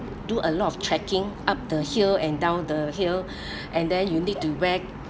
do a lot of trekking up the hill and down the hill and then you need to wear